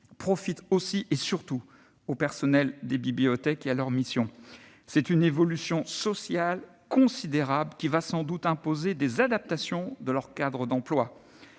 profite aussi et surtout aux personnels des bibliothèques et à leurs missions. C'est une évolution sociale considérable qui va sans doute imposer des adaptations de leur cadre d'emploi.